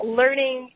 learning